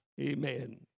amen